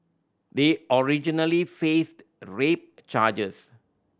they originally faced rape charges